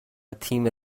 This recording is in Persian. تیم